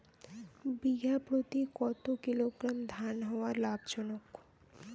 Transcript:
বিঘা প্রতি কতো কিলোগ্রাম ধান হওয়া লাভজনক?